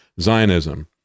Zionism